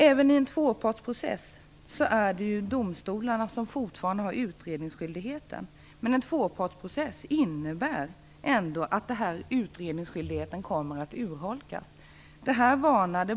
Även i en tvåpartsprocess är det fortfarande domstolarna som har utredningsskyldigheten, men en tvåpartsprocess innebär ändå att utredningsskyldigheten kommer att urholkas.